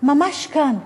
ממש כאן,